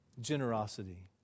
generosity